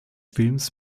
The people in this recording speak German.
filmes